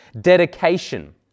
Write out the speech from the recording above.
Dedication